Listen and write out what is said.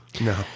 No